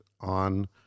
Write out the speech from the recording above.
on